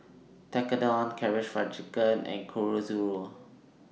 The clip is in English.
Tekkadon Karaage Fried Chicken and Chorizo